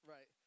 Right